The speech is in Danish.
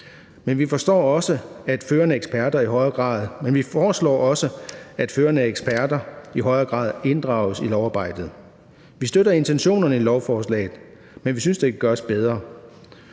Men vi foreslår også, at førende eksperter i højere grad inddrages i lovarbejdet. Vi støtter intentionerne i lovforslaget, men vi synes, at det kan gøres bedre.